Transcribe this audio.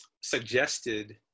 suggested